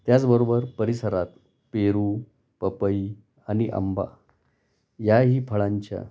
त्याचबरोबर परिसरात पेरू पपई आणि आंबा याही फळांच्या